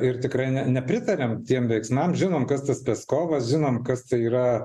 ir tikrai ne nepritariam tiem veiksmam žinom kas tas peskovas žinom kas tai yra